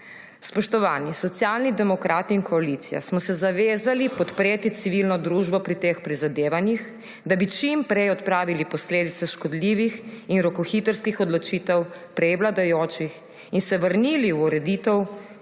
Spoštovani! Socialni demokrati in koalicija smo se zavezali podpreti civilno družbo pri teh prizadevanjih, da bi čim prej odpraviti posledice škodljivih in rokohitrskih odločitev prej vladajočih in se vrnili v ureditev,